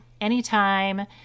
anytime